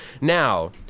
Now